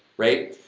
right?